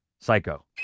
Psycho